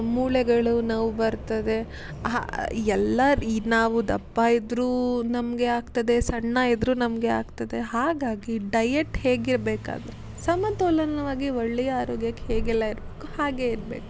ಮೂಳೆಗಳು ನೋವು ಬರ್ತದೆ ಎಲ್ಲ ನಾವು ದಪ್ಪ ಇದ್ದರೂ ನಮಗೆ ಆಗ್ತದೆ ಸಣ್ಣ ಇದ್ದರೂ ನಮಗೆ ಆಗ್ತದೆ ಹಾಗಾಗಿ ಡಯೆಟ್ ಹೇಗೆ ಇರಬೇಕಾದ್ರೆ ಸಮತೋಲನವಾಗಿ ಒಳ್ಳೆಯ ಆರೋಗ್ಯಕ್ಕೆ ಹೇಗೆಲ್ಲ ಇರಬೇಕು ಹಾಗೆ ಇರಬೇಕು